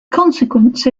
consequence